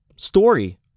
story